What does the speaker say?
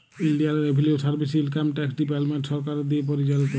ইলডিয়াল revenue service income tax department সরকারের দিঁয়ে পরিচালিত